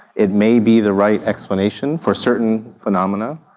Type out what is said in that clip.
it may be the right explanation for certain phenomena.